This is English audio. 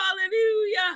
hallelujah